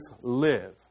live